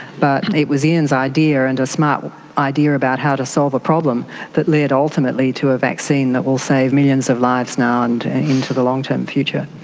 but it was ian's idea and a smart idea about how to solve a problem that led ultimately to a vaccine that will save millions of lives now and into the long-term future.